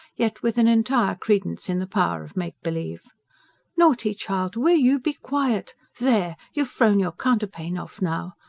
yet with an entire credence in the power of make-believe naughty child will you be quiet? there! you've frown your counterpane off now.